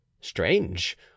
Strange